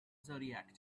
zodiac